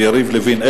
ויריב לוין.